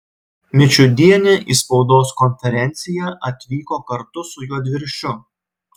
mičiudienė į spaudos konferenciją atvyko kartu su juodviršiu